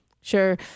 Sure